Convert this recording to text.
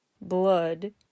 Blood